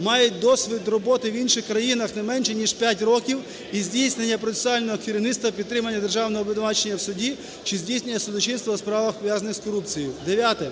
мають досвід роботи в інших країнах не менше ніж 5 років із здійснення процесуального керівництва, підтримання державного обвинувачення в суді чи здійснення судочинства у справах, пов'язаних з корупцією". Дев'яте.